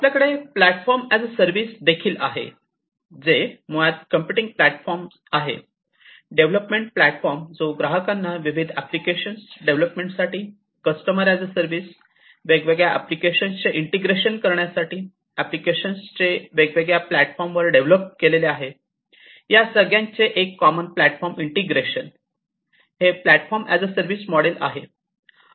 आपल्याकडे platform as a service आहे जो मुळात कंप्यूटिंग प्लॅटफॉर्म आहे डेव्हलपमेंट प्लॅटफॉर्म जो ग्राहकांना विविध एप्लीकेशनन्स डेव्हलपमेंटसाठी कस्टमर्स ऍज अ सर्व्हिस वेगवेगळ्या एप्लीकेशनन्सचे इंटिग्रेशन करण्यासाठी एप्लीकेशनन्स जे वेगवेगळ्या प्लॅटफॉर्मवर डेव्हलोप केलेले आहेत या सगळ्यांचे एका कॉमन प्लॅटफॉर्मवर एइंटिग्रेशन हे platform as a service model आहे